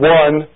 one